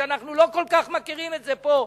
שאנחנו לא כל כך מכירים את זה פה,